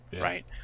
right